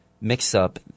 mix-up